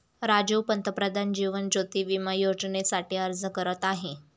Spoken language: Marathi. राजीव पंतप्रधान जीवन ज्योती विमा योजनेसाठी अर्ज करत आहे